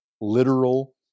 literal